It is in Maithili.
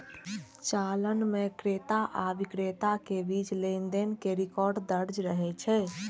चालान मे क्रेता आ बिक्रेता के बीच लेनदेन के रिकॉर्ड दर्ज रहै छै